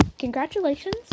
Congratulations